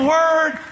Word